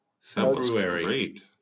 February